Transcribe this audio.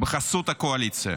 בחסות הקואליציה.